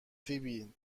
فیبی